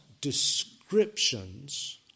descriptions